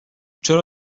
چرا